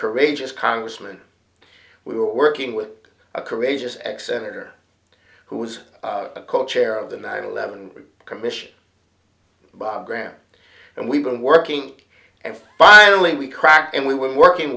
courageous congressman we were working with a courageous acts senator who was a co chair of the nine eleven commission bob graham and we've been working and finally we cracked and we were working